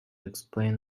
explain